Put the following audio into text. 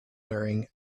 wearing